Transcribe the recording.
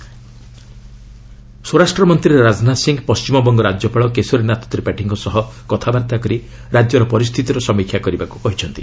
ରାଜନାଥ ସ୍ୱରାଷ୍ଟ୍ର ମନ୍ତ୍ରୀ ରାଜନାଥ ସିଂହ ପଶ୍ଚିମବଙ୍ଗ ରାଜ୍ୟପାଳ କେଶରୀନାଥ ତ୍ରିପାଠୀଙ୍କ ସହ କଥାବାର୍ତ୍ତା କରି ରାଜ୍ୟର ପରିସ୍ଥିତିର ସମୀକ୍ଷା କରିବାକୁ କହିଛନ୍ତି